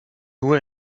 nur